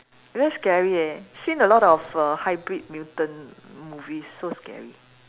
very scary eh seen a lot of err hybrid mutant movies so scary